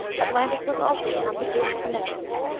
atlantis was also consecrated to neptune.